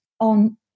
on